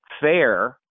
fair